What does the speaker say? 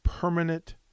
Permanent